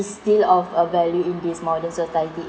is still of a value in this modern society